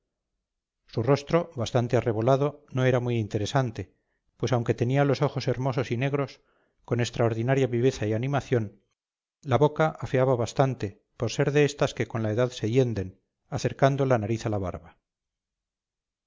su rostro bastante arrebolado no era muy interesante pues aunque tenía los ojos hermosos y negros con extraordinaria viveza y animación la boca la afeaba bastante por ser de estas que con la edad se hienden acercando la nariz a la barba